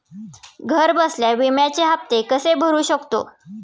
घरबसल्या विम्याचे हफ्ते कसे भरू शकतो?